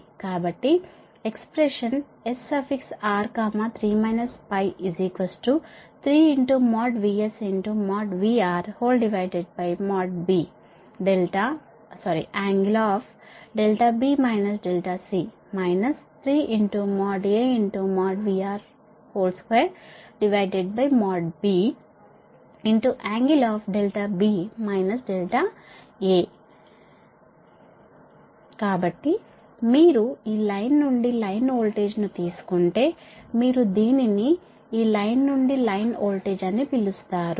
కాబట్టి expression SR3 3VSVRBㄥ 3AVR2Bㄥ కాబట్టి మీరు ఈ లైన్ నుండి లైన్ వోల్టేజ్కు తీసుకుంటే మీరు దీనిని ఈ లైన్ నుండి లైన్ వోల్టేజ్ అని పిలుస్తారు